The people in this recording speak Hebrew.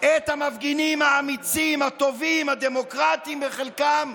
את המפגינים האמיצים, הטובים, הדמוקרטים בחלקם,